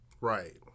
Right